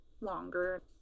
longer